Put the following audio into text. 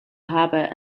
habit